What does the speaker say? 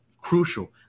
crucial